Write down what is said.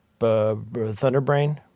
Thunderbrain